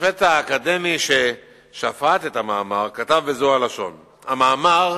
השופט האקדמי ששפט את המאמר כתב בזו הלשון: "המאמר,